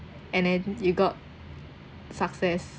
and then you got success